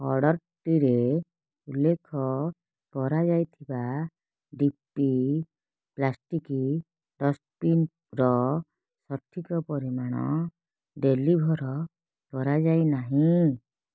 ଅର୍ଡ଼ର୍ଟିରେ ଉଲ୍ଲେଖ କରାଯାଇଥିବା ଡି ପି ପ୍ଲାଷ୍ଟିକ୍ ଡଷ୍ଟବିନ୍ର ସଠିକ୍ ପରିମାଣ ଡେଲିଭର୍ କରାଯାଇ ନାହିଁ